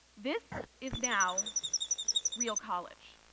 this is now real college.